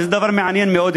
וזה דבר מעניין מאוד,